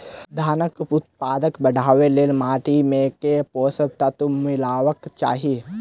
धानक उत्पादन बढ़ाबै लेल माटि मे केँ पोसक तत्व मिलेबाक चाहि?